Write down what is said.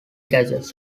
catches